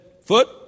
foot